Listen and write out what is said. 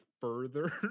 further